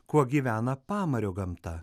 kuo gyvena pamario gamta